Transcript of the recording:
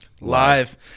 live